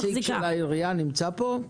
נציג של העירייה נמצא פה?